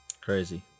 crazy